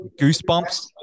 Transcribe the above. goosebumps